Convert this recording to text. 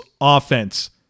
offense